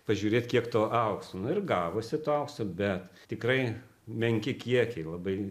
pažiūrėt kiek to aukso nu ir gavosi to aukso bet tikrai menki kiekiai labai